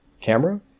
camera